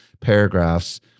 paragraphs